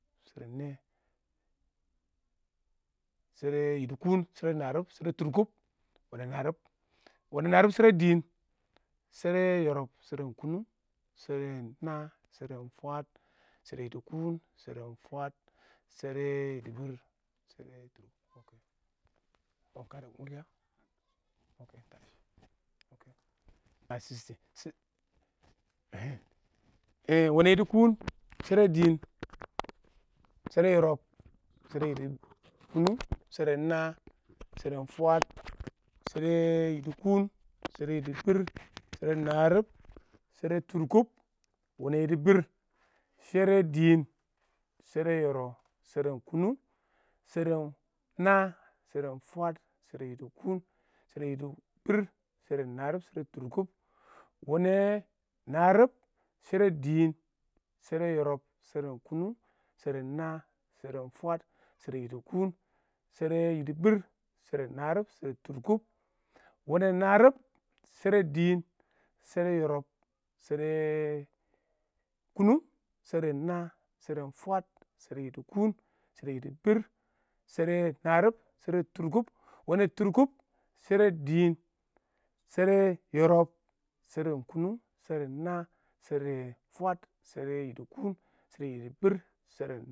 sahre yidi kʊn shɛrɛ harib shɪdo tʊrkʊb wanɛ narɪb shɪdo dɪɪn shɪdo yɪrɪb sheran kʊnʊng sheren naa sheren fwaad shɛrɛ yidi kuun shɛrɛ yidi biir, shɛrɛ yidi kuun shɛrɛ yidi biir, shɛrɛ harib shɛrɛ han wene yidi kuun shara dɪɪn, shɛrɛ yɪrɪb sharen kʊnʊng sheran naa sheran fwaad shɛrɛ yidi kuun shɪdo harib shɛrɛ tʊrkʊb wene yidi bur shɛrɛ dɪɪn shre yidi kuun shɪdo harib shɛrɛ tʊrkʊb wene yidi bur, shɪdo dɪɪn shɪdo yɪrɪb sheren kʊnʊng shɛrɛ naa sheran fwaad shera yidi kuun shera yidi biir shera narɪb shɛrɛ tʊrkʊb wanɛ narɪb shɪdo dɪɪn shɪdo tʊrkʊb wanɛ narɪb shɪdo dɪɪn shara yɪrɪb shean kʊnʊng, sheren naa, sharen fwaad shara yidi kuun shɪdo yidi biir shɪdo narɪb shɪdo tʊrkʊb wene tʊrkʊb shɛrɛ dɪɪn, shɪdo yɪrɪb sheran kʊnʊng sheran na shɪdo fwaaʊ, shara yidi kuun shara yidi biir.